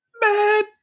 Bad